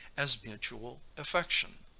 as mutual affection.